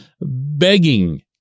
begging